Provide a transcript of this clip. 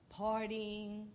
partying